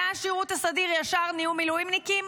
מהשירות הסדיר ישר נהיו מילואימניקים,